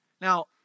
Now